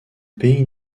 pays